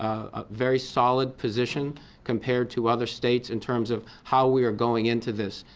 ah very solid position compared to other states in terms of how we are going into this.